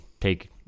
take